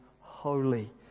holy